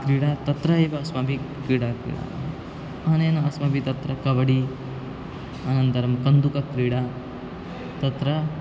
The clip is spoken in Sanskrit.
क्रीडा तत्र एव अस्माभिः क्रीडा किम् अनेन अस्माभिः तत्र कबडि अनन्तरं कन्दुकक्रीडा तत्र